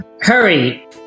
Hurry